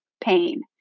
pain